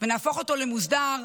וזה מה שאנחנו הולכים לעשות,